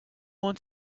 want